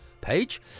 page